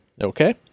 Okay